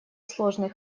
сложный